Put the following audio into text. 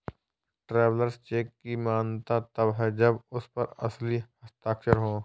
travellers cheque की मान्यता तब है जब उस पर असली हस्ताक्षर हो